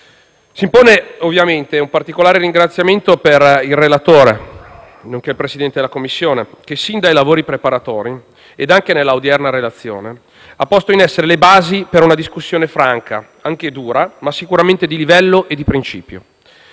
Si impone, ovviamente, un particolare ringraziamo per il relatore, nonché Presidente della Commissione giustizia, che sin dai lavori preparatori ed anche nell'odierna relazione, ha posto le basi per una discussione franca, anche dura, ma sicuramente di livello e di principio.